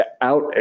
out